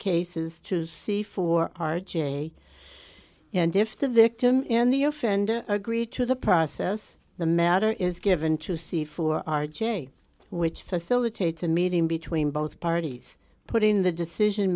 cases to see for r j and if the victim in the offender agreed to the process the matter is given to see for r j which facilitates a meeting between both parties putting the decision